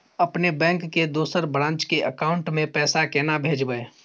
अपने बैंक के दोसर ब्रांच के अकाउंट म पैसा केना भेजबै?